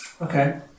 Okay